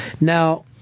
Now